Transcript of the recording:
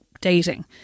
dating